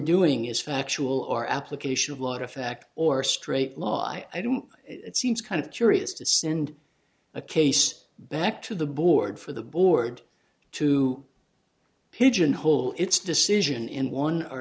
doing is factual or application of lot of fact or straight law i don't it seems kind of curious to send a case back to the board for the board to pigeonhole its decision in one or